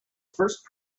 first